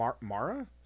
Mara